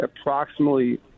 approximately